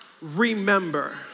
remember